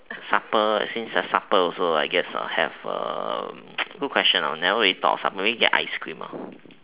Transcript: supper since supper also I guess have err good question lor never even thought of supper maybe ice cream ah